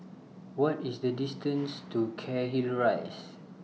What IS The distance to Cairnhill Rise